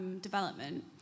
development